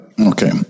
Okay